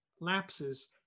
lapses